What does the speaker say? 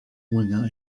winger